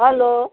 hello